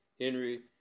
Henry